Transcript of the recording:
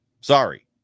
Sorry